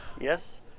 Yes